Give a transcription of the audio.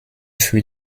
für